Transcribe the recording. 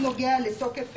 שהוא נוגע לתוקף,